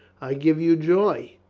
i give you joy.